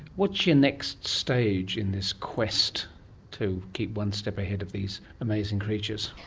what's your next stage in this quest to keep one step ahead of these amazing creatures?